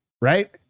Right